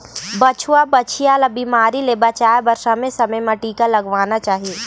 बछवा, बछिया ल बिमारी ले बचाए बर समे समे म टीका लगवाना चाही